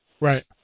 right